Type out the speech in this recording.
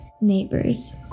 neighbors